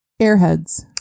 airheads